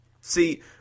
see